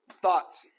thoughts